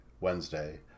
Wednesday